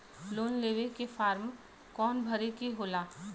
Loan लेवे के form कौन भरे के होला?